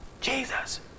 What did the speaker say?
Jesus